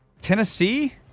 Tennessee